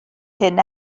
hyn